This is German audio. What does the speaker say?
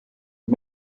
und